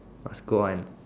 just go and